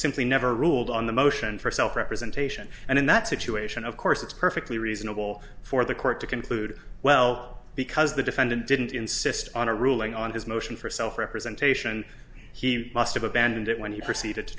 simply never ruled on the motion for self representation and in that situation of course it's perfectly reasonable for the court to conclude well because the defendant didn't insist on a ruling on his motion for self representation he must have abandoned it when he proceeded to